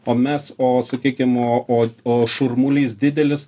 o mes o suteikiama o o šurmulys didelis